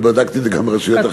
ובדקתי את זה גם ברשויות אחרות.